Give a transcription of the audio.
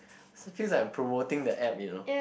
it feels like I'm promoting the app you know